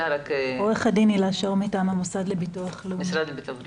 עורכת דין הילה שור מטעם המוסד לביטוח לאומי.